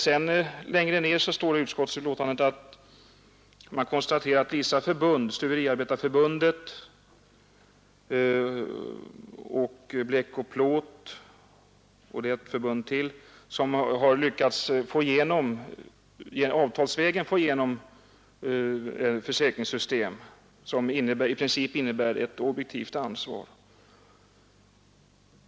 Men längre ned i utskottsbetänkandet konstaterar man att vissa förbund — Transport, Bleck och Plåt och ytterligare ett förbund — avtalsvägen har lyckats få till stånd ett försäkringssystem som i princip innebär ett objektivt ansvar.